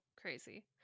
crazy